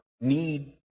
need